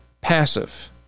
passive